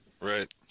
right